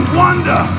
wonder